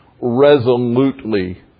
resolutely